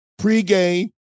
pregame